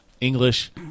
English